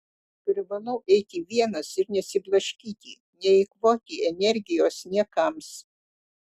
privalau eiti vienas ir nesiblaškyti neeikvoti energijos niekams